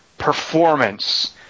performance